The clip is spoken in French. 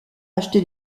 acheté